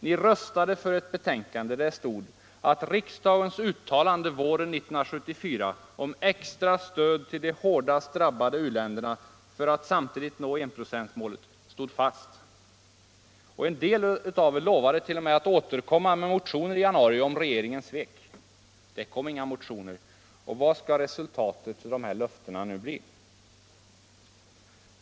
Ni röstade för ett betänkande där det stod att regeringens uttalande våren 1974 om extra stöd till de hårdast drabbade u-länderna för att samtidigt nå enprocentsmålet stod fast. Och en del av er lovade t. 0. m. att återkomma med motioner i januari i år, om regeringen svek. Men det väcktes inga motioner.